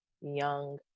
young